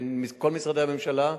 בכל משרדי הממשלה,